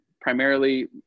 primarily